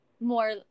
more